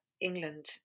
England